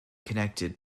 connected